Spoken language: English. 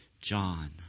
John